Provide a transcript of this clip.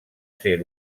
ser